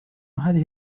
هذه